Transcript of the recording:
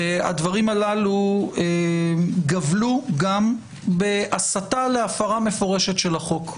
הדברים הללו גבלו גם בהסתה להפרה מפורשת של החוק.